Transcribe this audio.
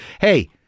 Hey